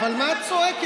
אבל מה את צועקת?